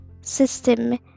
system